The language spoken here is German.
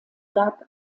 gab